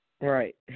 Right